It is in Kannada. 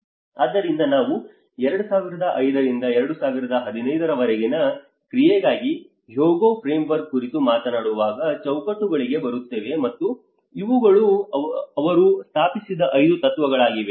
ಆದ್ದರಿಂದ ನಾವು 2005 ರಿಂದ 2015 ರವರೆಗಿನ ಕ್ರಿಯೆಗಾಗಿ ಹ್ಯೊಗೊ ಫ್ರೇಮ್ವರ್ಕ್ ಕುರಿತು ಮಾತನಾಡುವಾಗ ಚೌಕಟ್ಟುಗಳಿಗೆ ಬರುತ್ತೇವೆ ಮತ್ತು ಇವುಗಳು ಅವರು ಸ್ಥಾಪಿಸಿದ 5 ತತ್ವಗಳಾಗಿವೆ